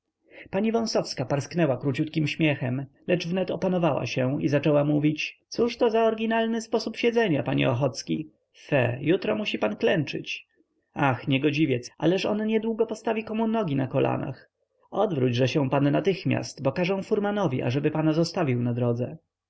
pani wąsowska parsknęła króciutkim śmiechem lecz wnet opanowała się i zaczęła mówić cóżto za oryginalny sposób siedzenia panie ochocki fe jutro musi pan klęczyć ach niegodziwiec ależ on niedługo postawi komu nogi na kolanach odwróćże się pan natychmiast bo każę furmanowi ażeby pana zostawił na drodze